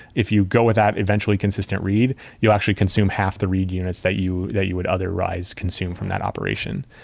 if you go with that eventually consistent read, you actually consume half the read units that you that you would otherwise consume from that operation.